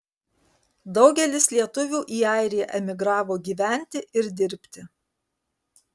daugelis lietuvių į airiją emigravo gyventi ir dirbti